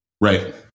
right